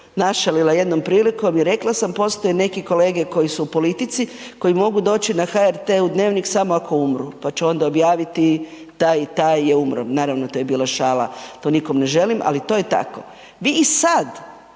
našalila jednom prilikom i rekla sam postoje neki kolege koji su u politici koji mogu doći na HRT u „Dnevnik“ samo ako umru pa će onda objaviti taj i taj je umro. Naravno to je bila šala, to nikom ne želim, ali to je tako. Vi i sada